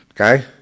Okay